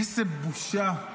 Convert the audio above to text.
איזו בושה,